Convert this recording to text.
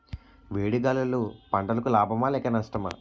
వేడి గాలులు పంటలకు లాభమా లేక నష్టమా?